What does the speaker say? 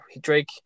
Drake